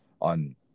on